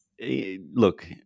look